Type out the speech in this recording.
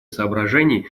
соображений